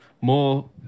More